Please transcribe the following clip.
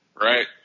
Right